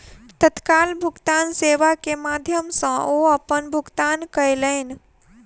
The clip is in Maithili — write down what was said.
तत्काल भुगतान सेवा के माध्यम सॅ ओ अपन भुगतान कयलैन